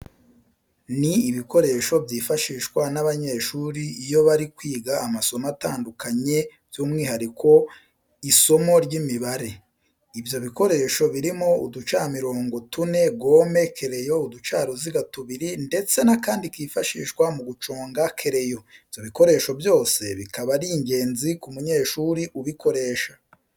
Ni ibikoresho byifashishwa n'abanyeshuri iyo bari kwiga amasomo atandukanye by'umwihariko isimo ry'Imibare. ibyo bikoresho birimo uducamirongo tune, gome, kereyo, uducaruziga tubiri ndetse n'akandi kifashishwa mu guconga kereyo. Ibyo bikoresho byose bikaba ari ingenzi ku munyeshuri ubukoresha.